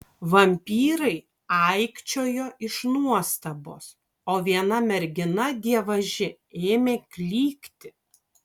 vampyrai aikčiojo iš nuostabos o viena mergina dievaži ėmė klykti